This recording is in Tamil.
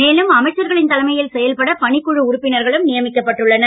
மேலும் அமைச்சர்களின் தலைமையில் செயல்பட பணிக்குழு உறுப்பினர்களும் நியமிக்கப்பட்டுள்ளனர்